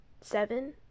seven